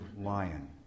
lion